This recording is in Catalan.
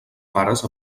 pares